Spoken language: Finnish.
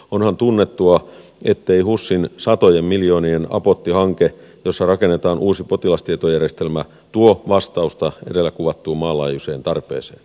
onhan tunnettua ettei husin satojen miljoonien apotti hanke jossa rakennetaan uusi potilastietojärjestelmä tuo vastausta edellä kuvattuun maanlaajuiseen tarpeeseen